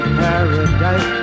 paradise